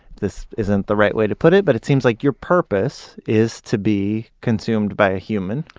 this isn't the right way to put it, but it seems like your purpose is to be consumed by a human.